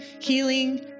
healing